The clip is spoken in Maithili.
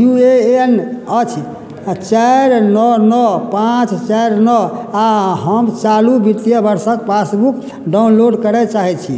यू ए एन अछि चारि नओ नओ पाँच चारि नओ आ हम चालू वित्तीय वर्षक पासबुक डाउनलोड करय चाहै छी